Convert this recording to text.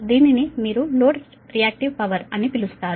దీనిని మీరు load reactive power అని పిలుస్తారు